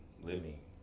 living